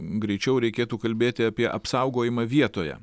greičiau reikėtų kalbėti apie apsaugojimą vietoje